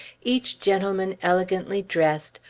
each gentleman elegantly dressed,